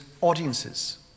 audiences